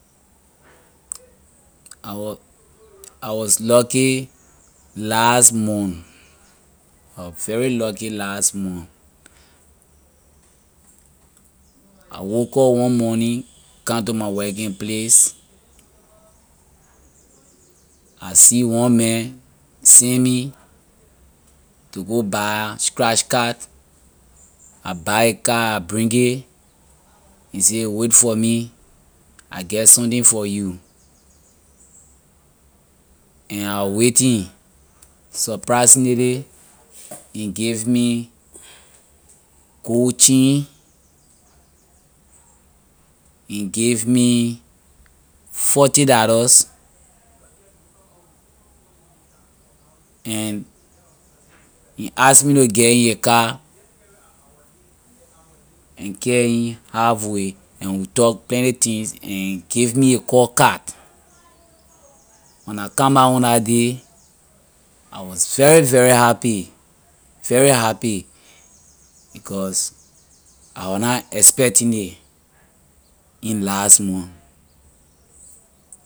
I was I was lucky last month I was very lucky last month I woke up one morning come to my working place I see one man send me to go buy scratch card I buy his card I bring it he say wait for me I something for you and I was waiting surprisingly he give me gold chain he give me forty dollars and he ask me to get in his car and carry him halfway and we talk plenty things and he give me his call card when I come back home la day I was very very happy very happy because I was na expecting it in last month